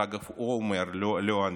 זה, אגב, הוא אומר, לא אני.